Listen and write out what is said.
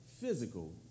physical